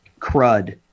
crud